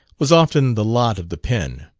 was often the lot of the pen.